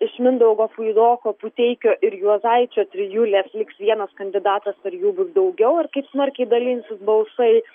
iš mindaugo puidoko puteikio ir juozaičio trijulės liks vienas kandidatas ar jų bus daugiau ir kaip smarkiai dalinsis balsai